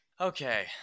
Okay